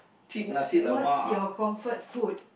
w~ what's your comfort food